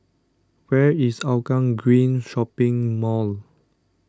where is Hougang Green Shopping Mall